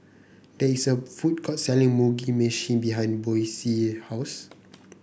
there is a food court selling Mugi Meshi behind Boysie's house